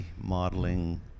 modeling